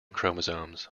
chromosomes